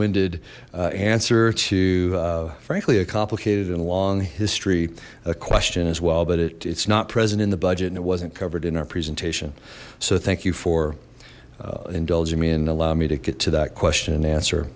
winded answer to frankly a complicated and long history a question as well but it's not present in the budget and it wasn't covered in our presentation so thank you for indulging me and allow me to get to that question an